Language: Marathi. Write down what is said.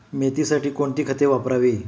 मेथीसाठी कोणती खते वापरावी?